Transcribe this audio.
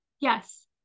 yes